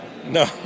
no